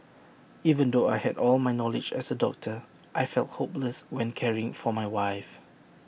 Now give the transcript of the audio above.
even though I had all my knowledge as A doctor I felt hopeless when caring for my wife